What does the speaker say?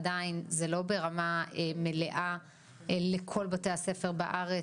עדיין זה לא ברמה מלאה לכל בתי הספר בארץ.